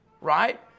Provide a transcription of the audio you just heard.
right